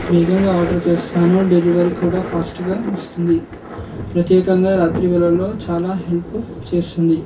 వేగంగా ఆర్డర్ చేస్తాను డెలివరీ కూడా ఫాస్ట్గా వస్తుంది ప్రత్యేకంగా రాత్రి వేళల్లో చాలా హెల్ప్ చేస్తుంది